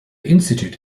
institute